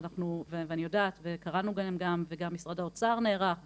ואני יודעת שגם משרד האוצר נערך ותקצב,